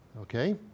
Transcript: Okay